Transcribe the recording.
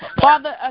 Father